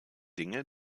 dinge